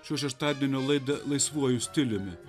šio šeštadienio laidą laisvuoju stiliumi